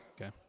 okay